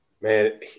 Man